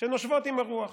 שנושבות עם הרוח.